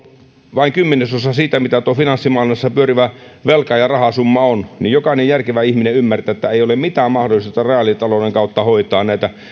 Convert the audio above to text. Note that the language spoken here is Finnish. vain kymmenesosan siitä mitä finanssimaailmassa pyörivä velka ja rahasumma on niin jokainen järkevä ihminen ymmärtää että ei ole mitään mahdollisuutta reaalitalouden kautta hoitaa